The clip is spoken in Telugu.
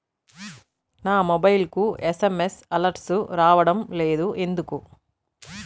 నా మొబైల్కు ఎస్.ఎం.ఎస్ అలర్ట్స్ రావడం లేదు ఎందుకు?